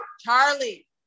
charlie